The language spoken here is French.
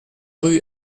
rue